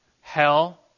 hell